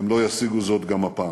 הם לא ישיגו זאת גם הפעם.